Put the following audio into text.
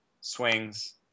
swings